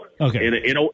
Okay